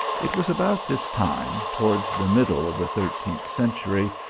it was about this time, towards the middle of the thirteenth century,